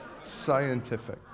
scientific